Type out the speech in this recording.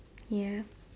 ya